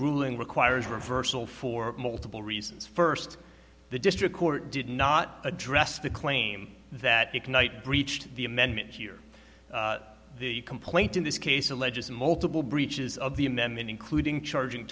ruling requires reversal for multiple reasons first the district court did not address the claim that ignite breached the amendment here the complaint in this case alleges multiple breaches of the amendment including charging